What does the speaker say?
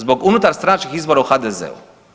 Zbog unutarstranačkih izbora u HDZ-u.